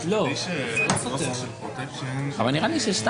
של תפיסה לפי הפסד"פ למרות סעיף 36ו(ב) בלי מגבלת זמנים.